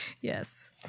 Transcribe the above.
Yes